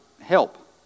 help